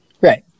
Right